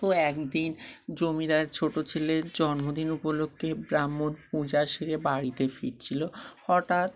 তো একদিন জমিদারের ছোটো ছেলের জন্মদিন উপলক্ষে ব্রাহ্মণ পূজা সেরে বাড়িতে ফিরছিলো হঠাৎ